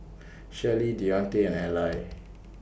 Shirley Deonte and Allie